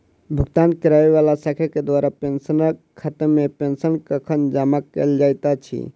भुगतान करै वला शाखा केँ द्वारा पेंशनरक खातामे पेंशन कखन जमा कैल जाइत अछि